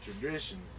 traditions